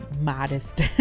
modest